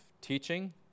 teaching